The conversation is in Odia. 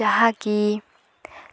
ଯାହାକି